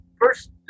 first